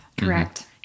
Correct